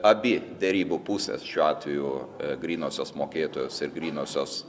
abi derybų pusės šiuo atveju grynosios mokėtojos ir grynosios